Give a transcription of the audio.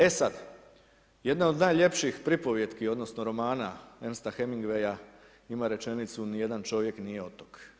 E sada, jedna od najljepših pripovijetki odnosno, romana Ernesta Hemingway ima rečenicu ni jedan čovjek nije otok.